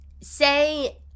Say